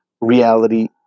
reality